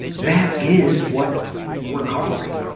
that is what recovery